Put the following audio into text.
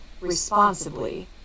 responsibly